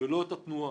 ולא את התנועה.